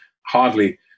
hardly